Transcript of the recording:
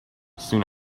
soon